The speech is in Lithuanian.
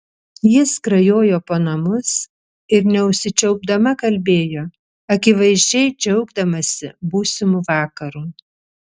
ji skrajojo po namus ir neužsičiaupdama kalbėjo akivaizdžiai džiaugdamasi būsimu vakaru